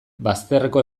bazterreko